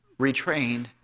retrained